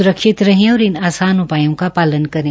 सुरक्षित रहें और इन आसान उपायों का पालन करें